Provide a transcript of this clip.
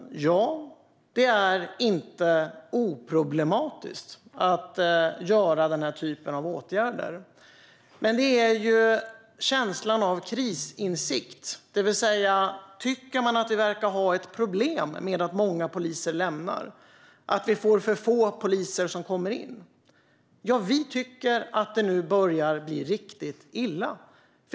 Ja. Det är inte oproblematiskt att vidta den här typen av åtgärder, men det finns en känsla av krisinsikt nu. Tycker man att det verkar vara ett problem med att många poliser lämnar yrket och att det kommer in för få poliser? Ja, vi tycker att det nu börjar bli riktigt illa.